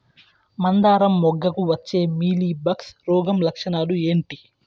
మందారం మొగ్గకు వచ్చే మీలీ బగ్స్ రోగం లక్షణాలు ఏంటి?